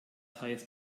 heißt